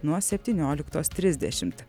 nuo septynioliktos trisdešimt